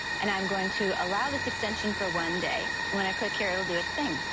and i'm going to allow this extension for one day. and when i click here, it'll do its thing.